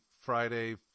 Friday